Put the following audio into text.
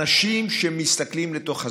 אנשים שמסתכלים לתוך הזום,